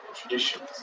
traditions